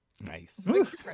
nice